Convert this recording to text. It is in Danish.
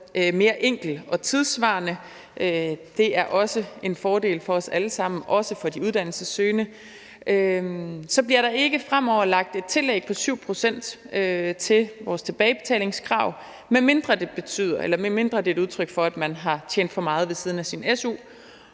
mere enkel og tidssvarende; det er også en fordel for os alle sammen, også for de uddannelsessøgende. Der bliver ikke fremover lagt et tillæg på 7 pct. på vores tilbagebetalingskrav, medmindre der er tale om, at man har tjent for meget ved siden af sin su.